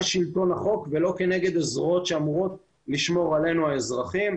שלטון החוק ולא כנגד הזרועות שאמורות לשמור עלינו האזרחים.